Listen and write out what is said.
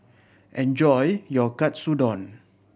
enjoy your Katsudon